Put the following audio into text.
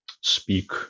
speak